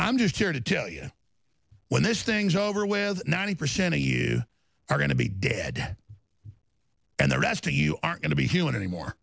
i'm just here to tell you when this things over with ninety percent of you are going to be dead and thereafter you aren't going to be human anymore